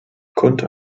konnte